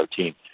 team